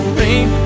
rain